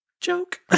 joke